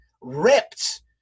ripped